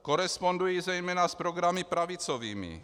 Korespondují zejména s programy pravicovými.